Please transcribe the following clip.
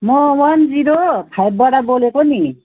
म one zero फाइभबाट बोलेको नि